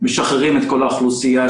משחררים את כל האוכלוסייה,